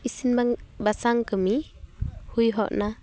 ᱤᱥᱤᱱ ᱵᱟᱝ ᱵᱟᱥᱟᱝ ᱠᱟᱹᱢᱤ ᱦᱩᱭ ᱦᱚᱜᱱᱟ